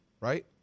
right